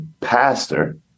pastor